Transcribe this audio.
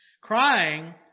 crying